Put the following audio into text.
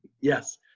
Yes